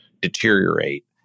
deteriorate